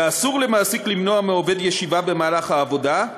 וכן, אסור למעסיק למנוע מעובד ישיבה במהלך העבודה,